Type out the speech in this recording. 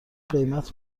قیمت